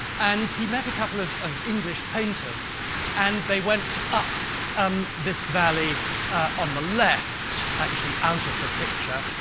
and he met a couple of of english painters and they went up um this valley on the left, actually out of the picture,